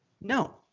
No